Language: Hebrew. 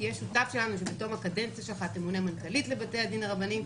תהיה שותף שלנו שבתום הקדנציה שלך תמונה מנכ"לית לבתי הדין הרבניים.